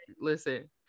listen